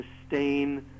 sustain